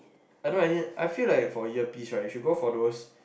I don't know eh as in I feel like for earpiece right you should go for those